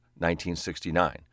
1969